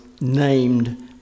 named